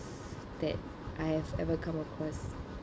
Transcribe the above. that I've ever come across